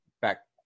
back